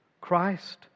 Christ